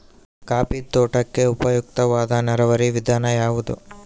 Coffee ತೋಟಕ್ಕೆ ಉಪಯುಕ್ತವಾದ ನೇರಾವರಿ ವಿಧಾನ ಯಾವುದು?